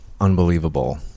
unbelievable